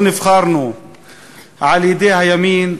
לא נבחרנו על-ידי הימין,